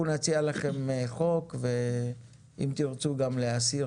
אנחנו נציע לכם חוק ואם תרצו גם להסיר